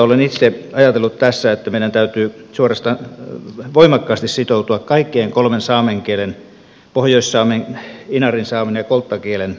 olen itse ajatellut tässä että meidän täytyy suorastaan voimakkaasti sitoutua kaikkien kolmen saamen kielen pohjoissaamen inarinsaamen ja kolttakielen pelastusoperaatioon